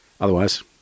Otherwise